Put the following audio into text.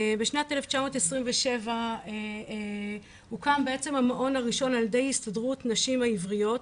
בשנת 1927 הוקם בעצם המעון הראשון על ידי הסתדרות נשים העבריות,